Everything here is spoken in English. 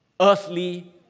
earthly